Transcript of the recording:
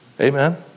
Amen